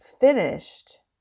finished